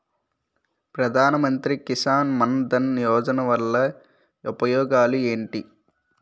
ప్రధాన మంత్రి కిసాన్ మన్ ధన్ యోజన వల్ల ఉపయోగాలు ఏంటి?